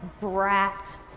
brat